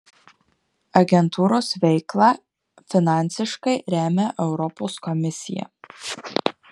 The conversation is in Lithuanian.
agentūros veiklą finansiškai remia europos komisija